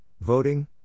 voting